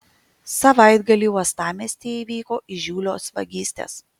savaitgalį uostamiestyje įvyko įžūlios vagystės